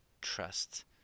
trust